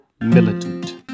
Militant